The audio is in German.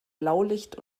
blaulicht